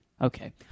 Okay